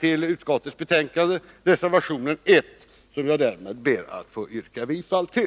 till utskottets betänkande har fogat en reservation, reservation nr 1, som jag ber att få yrka bifall till.